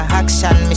action